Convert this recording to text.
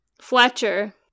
Fletcher